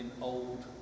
old